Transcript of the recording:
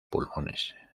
pulmones